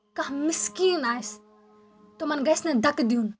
کانٛہہ مِسکیٖن آسہِ تِمَن گژھِ نہٕ دَکہٕ دیُن